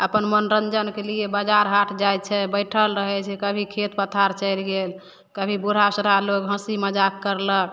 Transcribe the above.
अपन मनोरञ्जनके लिए बजार हाट जाइ छै बैठल रहै छै कभी खेत पथार चलि गेल कभी बूढ़ा सूढ़ा लोक हँसी मजाक करलक